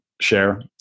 share